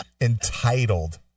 Entitled